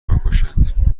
بکشند